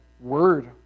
Word